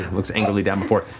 looks angrily down before,